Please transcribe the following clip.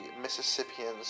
Mississippians